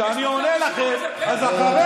אני אומר לך.